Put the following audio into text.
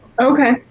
Okay